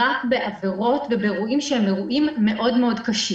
רק בעבירות ובאירועים מאוד קשים.